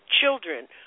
children